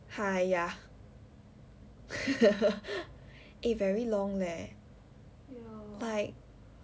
!haiya! eh very long leh like